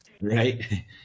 Right